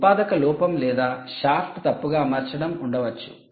ఉత్పాదక లోపం లేదా షాఫ్ట్ తప్పుగా అమర్చడం ఉండవచ్చు